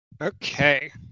Okay